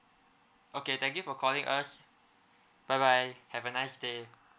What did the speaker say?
okay thank you for calling us bye bye have a nice day